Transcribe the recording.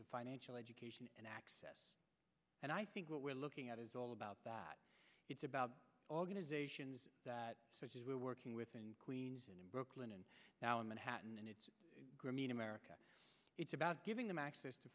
to financial education and access and i think what we're looking at is all about that it's about organizations that we're working with in queens and brooklyn and now in manhattan and it's grameen america it's about giving them access to